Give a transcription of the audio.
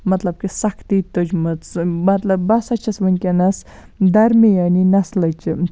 مَطلَب کہِ سَختی تُج مٕژ مَطلَب بہٕ ہَسا چھَس وٕنکیٚنَس دَرمِیٲنی نَسلٕچ